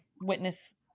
witness